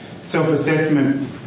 self-assessment